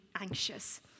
anxious